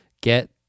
get